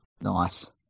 Nice